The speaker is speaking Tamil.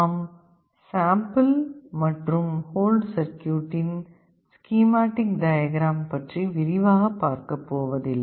நாம் சாம்பிள் மற்றும் ஹோல்ட் சர்க்யூட்டின் ஸ்கீமாட்டிக் டயக்ராம் பற்றி விரிவாக பார்க்கப் போவதில்லை